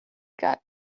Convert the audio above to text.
got